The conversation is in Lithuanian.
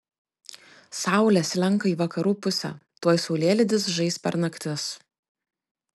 saulė slenka į vakarų pusę tuoj saulėlydis žais per naktis